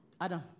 Adam